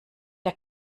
der